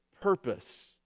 purpose